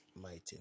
mighty